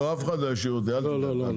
לא, אף אחד לא ישאיר אותי, אל תדאג.